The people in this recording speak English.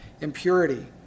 impurity